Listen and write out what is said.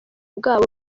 bwabo